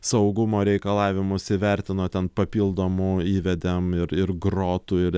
saugumo reikalavimus įvertino ten papildomų įvedėm ir ir grotų ir